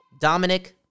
Dominic